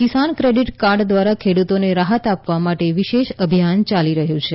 કિસાન credit card દ્વારા ખેડુતોને રાહત આપવા માટે વિશેષ અભિયાન ચાલી રહ્યું છે